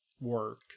work